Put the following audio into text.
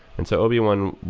and so o b one,